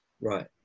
Right